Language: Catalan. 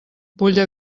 vull